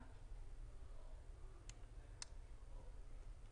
ענף חדש שעד היום לא היה מוסדר בכלל והתנהל ללא